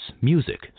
music